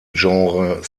genre